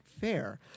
Fair